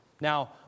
Now